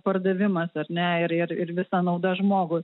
pardavimas ar ne ir ir visa nauda žmogui